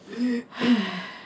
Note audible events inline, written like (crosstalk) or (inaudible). (noise)